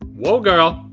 whoa, girl!